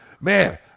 man